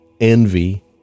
envy